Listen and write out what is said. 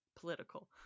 political